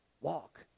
walk